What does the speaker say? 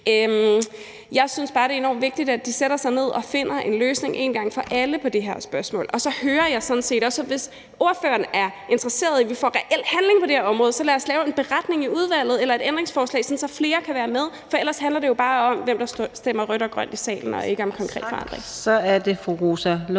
Jeg synes bare, det er enormt vigtigt, at de sætter sig ned og finder en løsning en gang for alle på det her spørgsmål. Og hvis spørgeren er interesseret i, at vi får reel handling på det her område, så lad os lave en beretning i udvalget eller et ændringsforslag, sådan at flere kan være med, for ellers handler det jo bare om, hvem der stemmer rødt og grønt i salen, og ikke om konkret forandring. Kl. 18:48 Fjerde